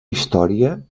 història